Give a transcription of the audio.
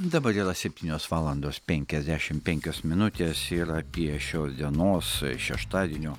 dabar yra septynios valandos penkiasdešim penkios minutės ir apie šios dienos šeštadienio